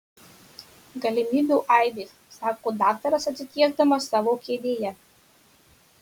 galimybių aibės sako daktaras atsitiesdamas savo kėdėje